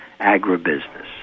agribusiness